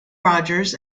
rogers